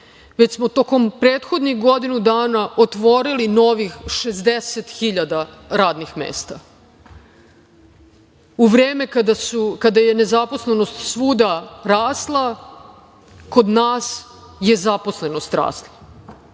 već smo tokom prethodnih godinu dana otvorili novih 60.000 radnih mesta u vreme kada je nezaposlenost svuda rasla kod nas je zaposlenost rasla.